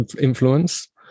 influence